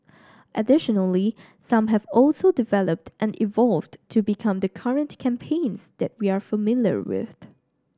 additionally some have also developed and evolved to become the current campaigns that we are familiar with